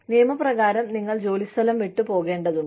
നിയമപ്രകാരം നിങ്ങൾ ജോലിസ്ഥലം വിട്ടുപോകേണ്ടതുണ്ട്